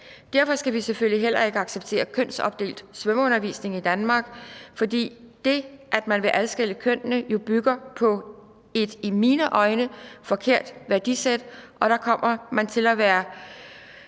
Derfor skal vi selvfølgelig heller ikke acceptere kønsopdelt svømmeundervisning i Danmark, fordi det, at man vil adskille kønnene, jo bygger på et i mine øjne forkert værdisæt, og der kommer man til at være